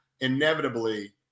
inevitably